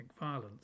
violence